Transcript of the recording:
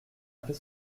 qu’est